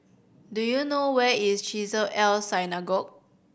do you know where is Chesed El Synagogue